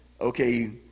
okay